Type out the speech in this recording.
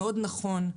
מאוד נכון,